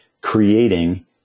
creating